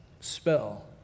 spell